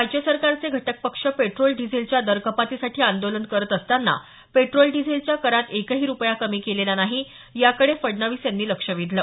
राज्य सरकारचे घटकपक्ष पेट्रोल डिझेलच्या दरकपातीसाठी आंदोलन करत असताना पेट्रोल डिझेलच्या करात एकही रुपया कमी केलेला नाही याकडे फडणवीस यांनी लक्ष वेधलं